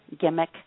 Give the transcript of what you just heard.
Gimmick